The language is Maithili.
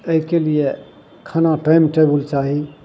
अइके लिये खाना टाइम टेबुल चाही